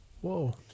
whoa